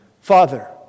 Father